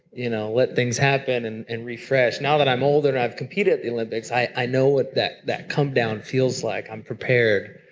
you know, let things happen and and refresh. now that i'm older and i've competed at the olympics, i know what that that comedown feels like, i'm prepared.